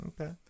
Okay